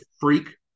freak